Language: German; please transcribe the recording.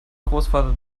großvater